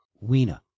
Weena